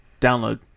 download